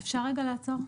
אפשר רגע לעצור?